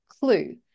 clue